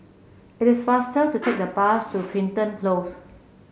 it is faster to take the bus to Crichton Close